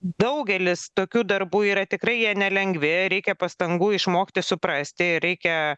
daugelis tokių darbų yra tikrai jie nelengvi reikia pastangų išmokti suprasti reikia